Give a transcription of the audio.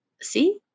See